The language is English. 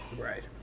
Right